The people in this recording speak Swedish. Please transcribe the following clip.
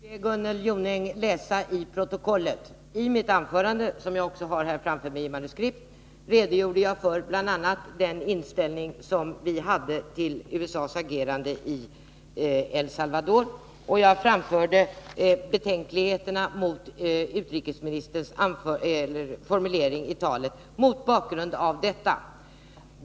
Åtgärder mot Herr talman! Jag får be Gunnel Jonäng att läsa i protokollet. I mitt militärregimen i huvudanförande, som jag har framför mig i manuskriptform, redogjorde jag — Turkiet bl.a. för den inställning som vi har till USA:s agerande i El Salvador. Jag uttalade mot bakgrund av detta betänkligheter mot utrikesministerns formulering i talet.